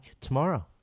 tomorrow